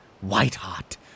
white-hot